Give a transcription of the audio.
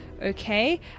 Okay